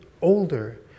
older